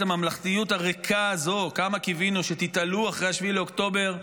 על הממלכתיות הריקה הזו כמה קיווינו שתתעלו אחרי 7 באוקטובר.